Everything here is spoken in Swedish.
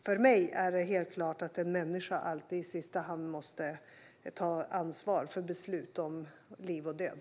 För mig är det helt klart att en människa alltid i sista hand måste ta ansvar för beslut om liv och död.